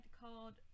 called